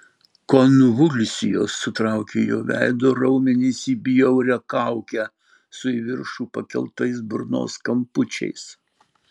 konvulsijos sutraukė jo veido raumenis į bjaurią kaukę su į viršų pakeltais burnos kampučiais